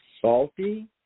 salty